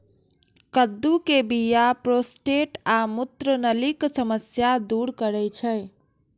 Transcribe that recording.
कद्दू के बीया प्रोस्टेट आ मूत्रनलीक समस्या दूर करै छै